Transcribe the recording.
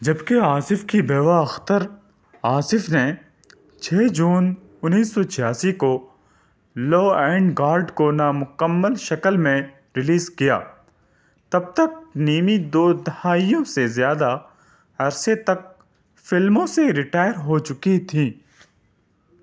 جب کے آصف کی بیوہ اختر آصف نے چھ جون انیس سو چھیاسی کو لا اینڈ گاڈ کو نامکمل شکل میں ریلیز کیا تب تک نیمی دو دہائیوں سے زیادہ عرصے تک فلموں سے ریٹائر ہو چکی تھی